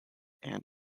and